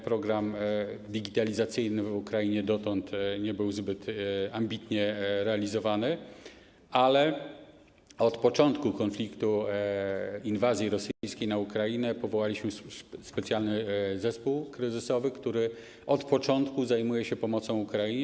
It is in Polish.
Program digitalizacyjny w Ukrainie dotąd nie był zbyt ambitnie realizowany, dlatego na początku konfliktu, inwazji rosyjskiej na Ukrainę, powołaliśmy specjalny zespół kryzysowy, który od początku zajmuje się pomocą Ukrainie.